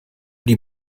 die